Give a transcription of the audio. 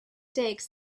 takes